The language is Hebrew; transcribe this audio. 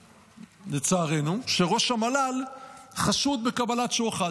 לצערנו, שראש המל"ל חשוד בקבלת שוחד.